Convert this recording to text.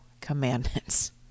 commandments